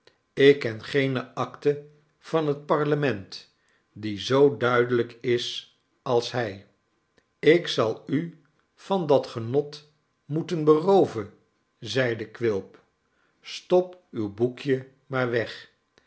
ik ken geene acte van het parlement die zoo duidelijk is als hij ik zal u van dat genot moeten berooven zeide quilp stop uw boekje maar weg